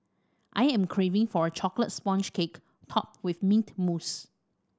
I am craving for a chocolate sponge cake topped with mint mousse